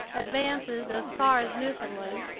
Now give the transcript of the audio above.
advances as far as newfoundland,